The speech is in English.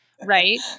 right